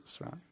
right